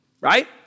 right